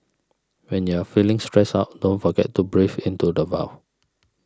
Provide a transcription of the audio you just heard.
when you are feeling stressed out don't forget to breathe into the void